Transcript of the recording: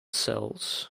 cells